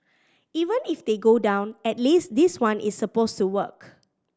even if they go down at least this one is supposed to work